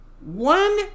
One